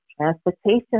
transportation